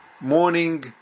morning